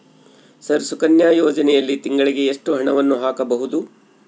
Sir Sukanya ಯೋಜನೆಯಲ್ಲಿ ತಿಂಗಳಿಗೆ ಎಷ್ಟು ಹಣವನ್ನು ಹಾಕಬಹುದು?